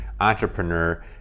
entrepreneur